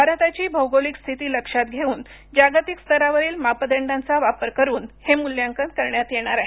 भारताची भौगोलिक स्थिती लक्षांत घेऊन जागतिक स्तरावरील मापदंडांचा वापर करुन हे मुल्यांकन करण्यात येणार आहे